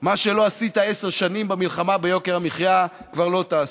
מה שלא עשית עשר שנים במלחמה ביוקר המחיה כבר לא תעשה.